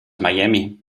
miami